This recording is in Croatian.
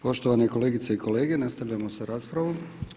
Poštovane kolegice i kolege, nastavljamo sa raspravom.